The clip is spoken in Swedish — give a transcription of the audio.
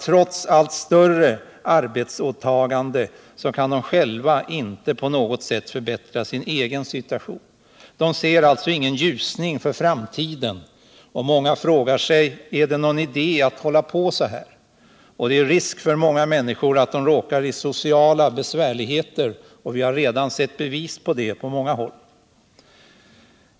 Trots allt större arbetsåtaganden kan de inte förbättra sin egen situation. De ser ingen ljusning för framtiden. Många frågar sig om det är någon idé att hålla på så här. Många av dessa människor löper risken att råka i sociala besvärligheter. Vi har redan sett bevis på det på många håll.